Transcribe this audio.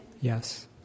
Yes